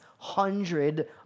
hundred